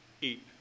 eat